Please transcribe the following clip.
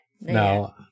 no